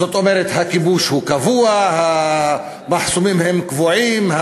זאת אומרת, הכיבוש קבוע, המחסומים קבועים,